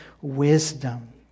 Wisdom